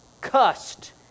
cussed